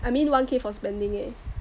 I mean one K for spending eh